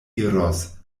iros